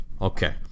Okay